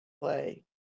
play